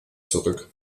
zurück